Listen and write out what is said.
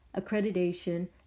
accreditation